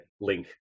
link